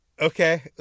Okay